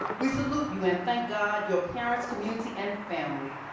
we salute you and thank god, your parents, community, and family.